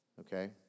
Okay